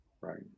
Right